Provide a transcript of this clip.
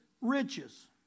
riches